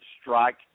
strike